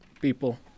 people